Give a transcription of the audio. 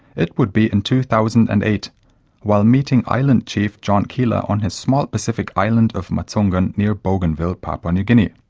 it would be in two thousand and eight while meeting island chief john kela on his small pacific island of matsungan near bougainville, papua new guinea.